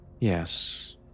Yes